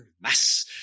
mass